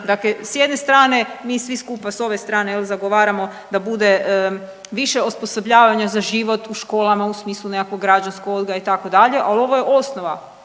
Dakle s jedne strane mi svi skupa s ove strane, je li, zagovaramo da bude više osposobljavanja za život u školama, u smislu nekakvog građanskog odgoja, itd., ali ovo je osnova,